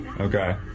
Okay